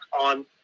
on